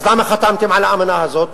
אז למה חתמם על האמנה הזאת?